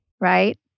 right